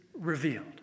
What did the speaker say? revealed